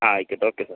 ആ ആയിക്കോട്ടെ okay sir